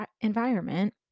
environment